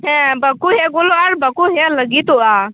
ᱦᱮᱸ ᱵᱟᱠᱚ ᱦᱮᱡ ᱜᱚᱫᱚᱜᱼᱟ ᱟᱨ ᱵᱟᱠᱚ ᱦᱮᱡ ᱞᱟᱹᱜᱤᱫᱚᱜᱼᱟ